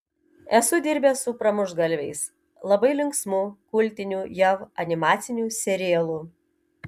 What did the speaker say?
esu dirbęs su pramuštgalviais labai linksmu kultiniu jav animaciniu serialu